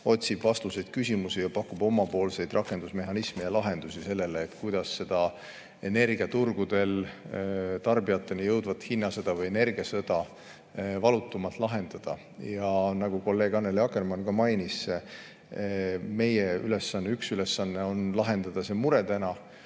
vastuseid ja pakub omapoolseid rakendusmehhanisme ja lahendusi, kuidas seda energiaturgudel tarbijateni jõudvat hinnasõda või energiasõda valutumalt lahendada. Nagu kolleeg Annely Akkermann mainis, üks meie ülesanne on lahendada see mure täna